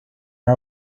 our